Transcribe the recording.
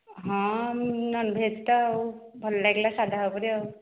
ହଁ ନନ୍ଭେଜ୍ ତ ଆଉ ଭଲ ଲାଗିଲା ସାଧା ଉପରେ